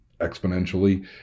exponentially